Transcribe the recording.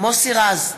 מוסי רז,